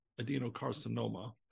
adenocarcinoma